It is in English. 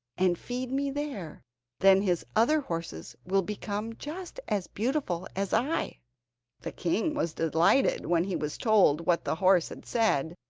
and feed me there then his other horses will become just as beautiful as i the king was delighted when he was told what the horse had said,